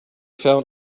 found